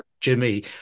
Jimmy